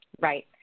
right